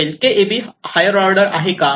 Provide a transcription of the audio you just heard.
LKAB higher order आहे का